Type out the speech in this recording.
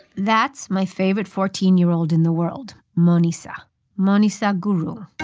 that's my favorite fourteen year old in the world, manisha manisha gurung